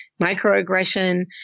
microaggression